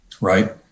right